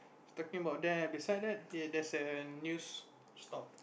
talking about them beside that they there's a new stall